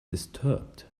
disturbed